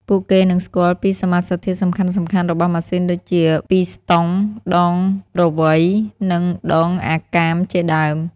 ពួកគេនឹងស្គាល់ពីសមាសធាតុសំខាន់ៗរបស់ម៉ាស៊ីនដូចជា ពីស្តុង, ដងរវៃ និង ដងអាកាម ជាដើម។